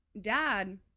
Dad